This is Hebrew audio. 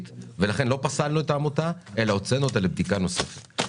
ולכן לא פסלנו את העמותה אלא הוצאנו אותה לבדיקה נוספת.